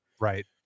right